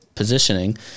positioning